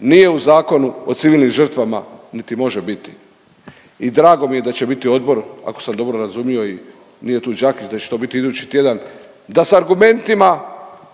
nije u Zakonu o civilnim žrtvama niti može biti. I drago mi je da će biti odbor ako sam dobro razumio i nije tu Đakić da će to biti idući tjedan, da sa argumentima